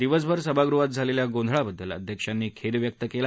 दिवसभर सभागृहात झालेल्या गोंधळाबद्दल अध्यक्षांनी खेद व्यक्त केला